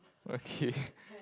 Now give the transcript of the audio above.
okay